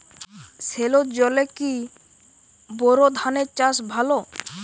সেলোর জলে কি বোর ধানের চাষ ভালো?